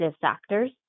factors